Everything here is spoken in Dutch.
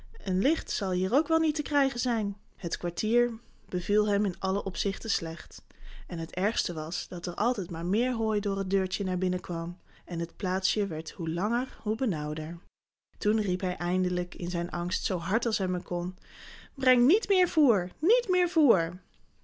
een licht zal hier ook wel niet te krijgen zijn het kwartier beviel hem in alle opzichten slecht en het ergste was dat er altijd maar meer hooi door het deurtje naar binnen kwam en het plaatsje werd hoe langer hoe benauwder toen riep hij eindelijk in zijn angst zoo hard als hij maar kon breng niet meer voêr niet meer voêr